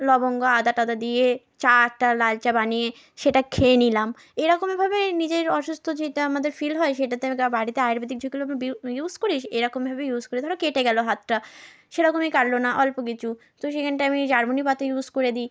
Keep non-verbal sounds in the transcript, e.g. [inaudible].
লবঙ্গ আদা টাদা দিয়ে চা টা লাল চা বানিয়ে সেটা খেয়ে নিলাম এরকমই ভাবেই নিজের অসুস্থ যেটা আমাদের ফিল হয় সেটাতে [unintelligible] বাড়িতে আয়ুর্বেদিক যেগুলো আমরা ইউজ করি এরকমভাবে ইউজ করি ধর কেটে গেল হাতটা সেরকমই কাটল না অল্প কিছু তো সেখানটা আমি জারমানি পাতা ইউজ করে দিই